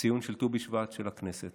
הציון של ט"ו בשבט של הכנסת.